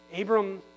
Abram